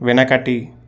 వెనకటి